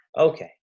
Okay